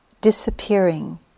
disappearing